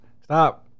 Stop